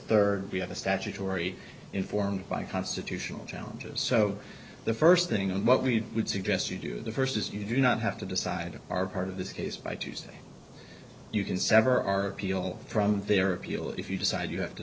a statutory informed by constitutional challenges so the first thing and what we would suggest you do the first is you do not have to decide are part of this case by tuesday you can sever our people from their appeal if you decide you have to